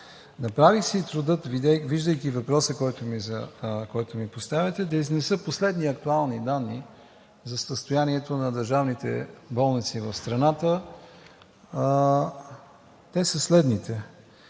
Направих си труда, виждайки въпроса, който ми поставяте, да изнеса последни актуални данни за състоянието на държавните болници в страната. Те са следните.